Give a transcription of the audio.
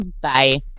Bye